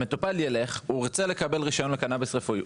המטופל ירצה לקבל רישיון לקנביס רפואי.